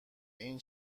این